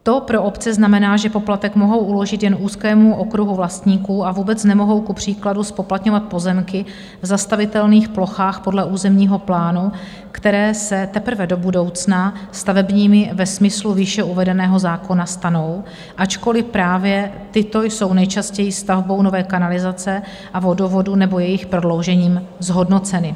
To pro obce znamená, že poplatek mohou uložit jen úzkému okruhu vlastníků a vůbec nemohou kupříkladu zpoplatňovat pozemky v zastavitelných plochách podle územního plánu, které se teprve do budoucna stavebními ve smyslu výše uvedeného zákona stanou, ačkoliv právě tyto jsou nejčastěji stavbou nové kanalizace a vodovodu nebo jejich prodloužením zhodnoceny.